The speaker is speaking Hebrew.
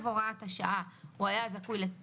אלא הוראות סעיף 7." כלומר ערב הוראת השעה הוא היה זכאי לתגמול